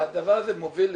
הדבר הזה מוביל לקיצוניות.